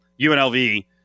UNLV